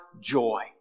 joy